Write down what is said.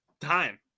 time